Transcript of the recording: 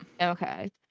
Okay